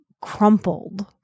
crumpled